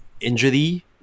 injury